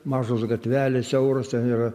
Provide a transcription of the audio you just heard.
mažos gatvelės siauros ir